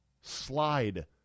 Slide